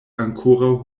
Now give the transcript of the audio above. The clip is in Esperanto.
ankoraŭ